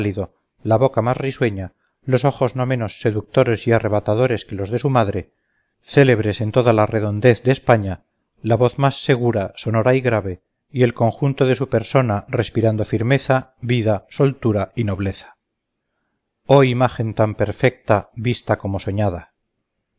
la boca más risueña los ojos no menos seductores y arrebatadores que los de su madre célebres en toda la redondez de españa la voz más segura sonora y grave y el conjunto de su persona respirando firmeza vida soltura y nobleza oh imagen tan perfecta vista como soñada